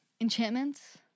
enchantments